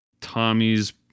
Tommy's